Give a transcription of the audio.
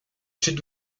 sud